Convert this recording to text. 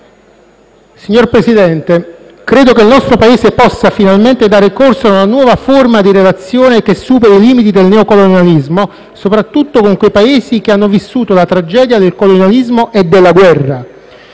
Signor Presidente, credo che il nostro Paese possa finalmente dare corso ad una nuova forma di relazione che superi i limiti del neo colonialismo, soprattutto con quei Paesi che hanno vissuto la tragedia del colonialismo e della guerra.